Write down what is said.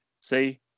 See